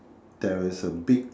there is a big